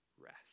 rest